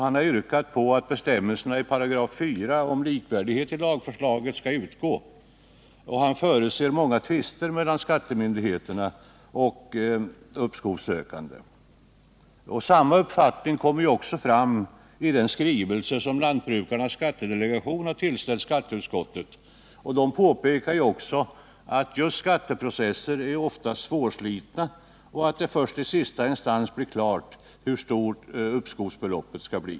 Han har yrkat att bestämmelserna i 4 § lagförslaget om likvärdighet skall utgå, eftersom han förutser många tvister mellan skattemyndigheterna och uppskovssökandena. Samma uppfattning återfinner man också i den skrivelse som lantbrukarnas skattedelegation har tillställt skatteutskottet. Lantbrukarnas skattedelegation påpekar också att just skatteprocesser ofta är svårslitna och att det inte sällan först i sista instans blir klart hur stort uppskovsbeloppet skall vara.